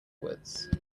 woods